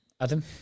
Adam